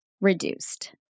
reduced